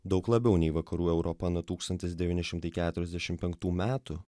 daug labiau nei vakarų europa nuo tūkstantis devyni šimtai keturiasdešimt penktų metų